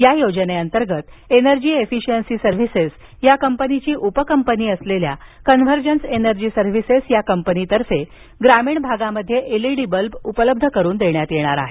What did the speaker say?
या योजनेअंतर्गत energy efficiency services या कंपनीची उपकंपनी असलेल्या कनव्हर्जंस एनर्जी सर्व्हिसेस या कंपनीतर्फे ग्रामीण भागामध्ये एल ई डी बल्ब उपलब्ध करून देणार आहे